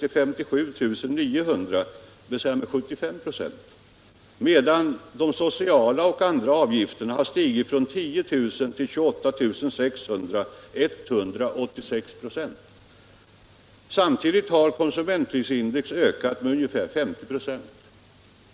till 57 900 kr., dvs. med 75 96, medan de sociala avgifterna och andra avgifter har stigit från 10 000 kr. till 28 600 kr. eller med 186 96. Samtidigt har konsumentprisindex stigit med ungefär 50 96.